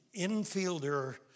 Infielder